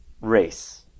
race